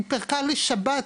היא פירקה לי שבת,